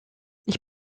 ich